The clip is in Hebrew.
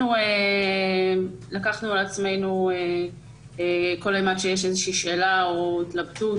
אנחנו לקחנו על עצמנו כל אימת שיש איזו שאלה או התלבטות,